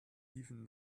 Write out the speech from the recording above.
even